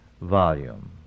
volume